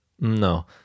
No